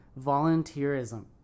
volunteerism